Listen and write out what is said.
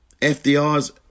FDR's